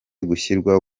gushyirwa